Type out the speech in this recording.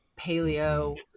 paleo